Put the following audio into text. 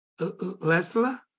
Lesla